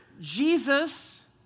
Jesus